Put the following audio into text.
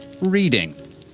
reading